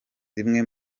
zimwe